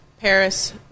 Paris